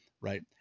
right